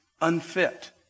unfit